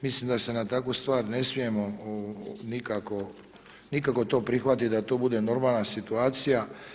Mislim da se na takvu stvar ne smijemo nikako to prihvatiti da to bude normalna situacija.